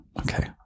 Okay